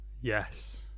Yes